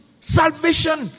Salvation